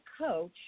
coach